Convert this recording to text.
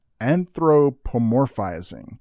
anthropomorphizing